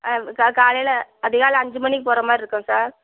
ஆ க காலையில் அதிகாலை அஞ்சு மணிக்கு போகிற மாதிரி இருக்கோம் சார்